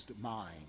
mind